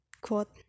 quote